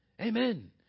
Amen